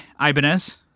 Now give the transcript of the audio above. Ibanez